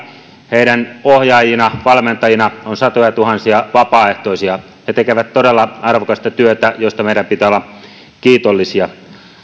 heidän ohjaajinaan valmentajinaan on satojatuhansia vapaaehtoisia he tekevät todella arvokasta työtä josta meidän pitää olla kiitollisia